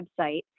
website